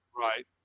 Right